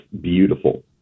beautiful